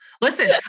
Listen